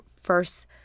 first